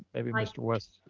maybe mr. west.